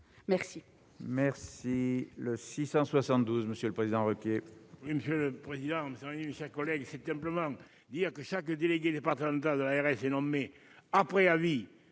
Merci